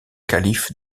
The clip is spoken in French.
calife